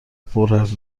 پرحرفی